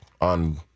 on